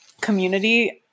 community